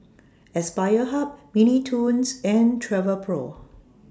Aspire Hub Mini Toons and Travelpro